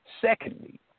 Secondly